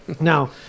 Now